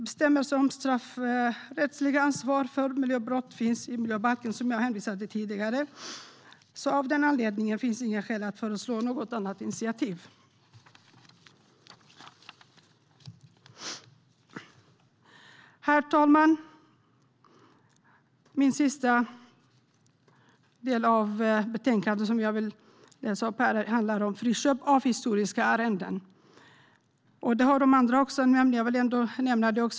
Bestämmelser om straffrättsligt ansvar för miljöbrott finns i miljöbalken, som jag hänvisade till tidigare. Därför finns det inget skäl att föreslå något initiativ. Herr talman! Den sista del av betänkandet som jag vill ta upp handlar om friköp av historiska arrenden. Andra har nämnt det, men även jag vill nämna det.